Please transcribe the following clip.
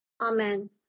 Amen